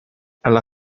alla